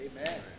Amen